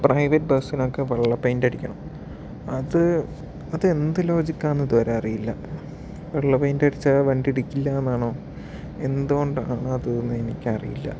private ബസ്സിനൊക്കെ വെള്ള paint അടിയ്ക്കണം അത് അതെന്ത് ലോജിക്ക് ആന്ന് ഇതുവരെ അറിയില്ല വെള്ള പെയിന്റ് അടിച്ചാൽ വണ്ടി ഇടിക്കില്ലായെന്നാണോ എന്ത് കൊണ്ടാണത് എന്ന് എനിക്കറിയില്ല